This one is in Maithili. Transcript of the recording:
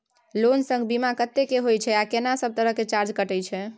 लोन संग बीमा कत्ते के होय छै आ केना सब तरह के चार्ज कटै छै?